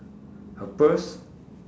her purse